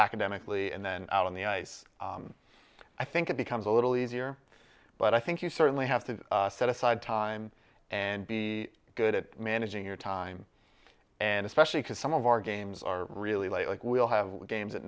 academically and then out on the ice i think it becomes a little easier but i think you certainly have to set aside time and be good at managing your time and especially because some of our games are really like we'll have games at